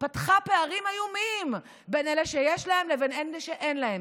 פתחה פערים איומים בין אלה שיש להם לבין אלה שאין להם,